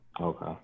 okay